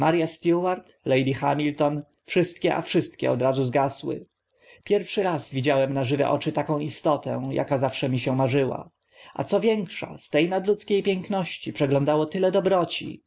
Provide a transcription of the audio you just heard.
maria stuart lady hamilton wszystkie a wszystkie od razu zgasły pierwszy raz widziałem na żywe oczy taką istotę aka zawsze mi się marzyła a co większa z te nadludzkie piękności przeglądało tyle dobroci